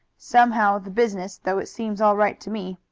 somehow the business, though it seems all right to me,